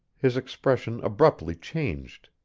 his expression abruptly changed.